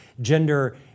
gender